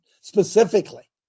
specifically